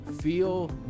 feel